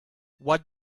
what